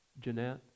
Jeanette